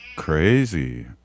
Crazy